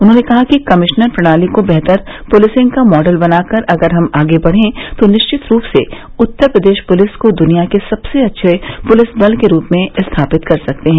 उन्होंने कहा कि कमिश्नर प्रणाली को बेहतर पुलिसिंग का मॉडल बनाकर अगर हम आगे बढ़ें तो निश्चित रूप से उत्तर प्रदेश पुलिस को दुनिया के सबसे अच्छे पुलिस बल के रूप में स्थापित कर सकते हैं